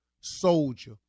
soldier